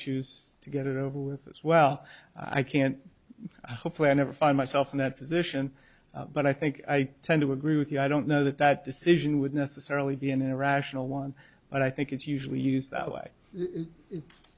choose to get it over with as well i can never find myself in that position but i think i tend to agree with you i don't know that that decision would necessarily be an irrational one but i think it's usually used that way i